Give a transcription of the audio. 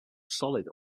solid